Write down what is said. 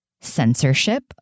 censorship